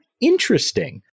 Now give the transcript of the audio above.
Interesting